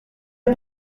pas